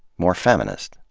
more feminist.